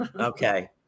Okay